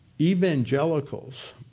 evangelicals